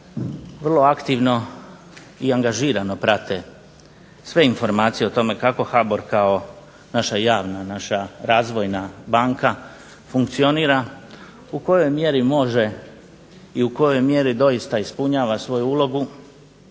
vrlo aktivno i angažirano prate sve informacije o tome kako HBOR kao naša javna, naša razvojna banka, funkcionira u kojoj mjeri može i u kojoj mjeri doista ispunjava svoju ulogu